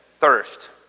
Thirst